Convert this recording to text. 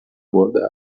برده